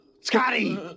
Scotty